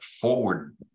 forward